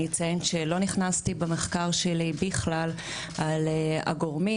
אני אציין שלא נכנסתי במחקר שלי בכלל על הגורמים,